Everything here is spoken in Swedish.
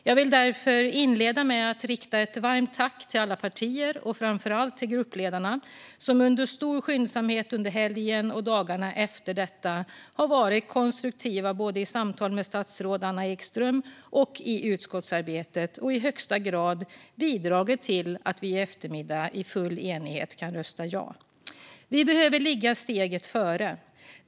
Jag vill därför inleda med att rikta ett varmt tack till alla partier och framför allt till gruppledarna, som under stor skyndsamhet under helgen och dagarna därefter har varit konstruktiva både i samtal med statsrådet Anna Ekström och i utskottsarbetet. I högsta grad har detta bidragit till att vi i eftermiddag i full enighet kan rösta ja. Vi behöver ligga steget före.